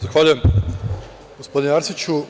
Zahvaljujem gospodine Arsiću.